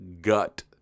gut